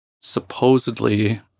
supposedly